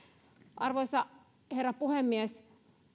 arvoisa herra puhemies